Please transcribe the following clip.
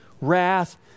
wrath